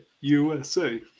USA